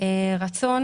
רצון